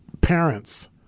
parents